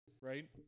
right